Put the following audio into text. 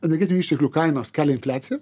energetinių išteklių kainos kelia infliaciją